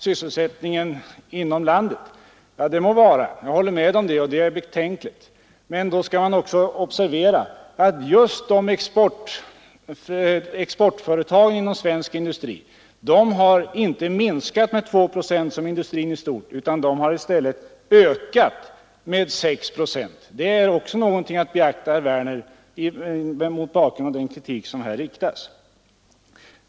Det är riktigt, och det är betänkligt, jag håller med om det. Men då skall man också komma ihåg att just exportföretagen i motsats till hela industrisektorn har ökat sysselsättningen med 2 procent. Det är också någonting att beakta, herr Werner, mot bakgrunden av den kritik som här riktas mot exportföretagen från sysselsättningssynpunkt.